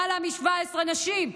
למעלה מ-17 נשים.